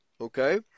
okay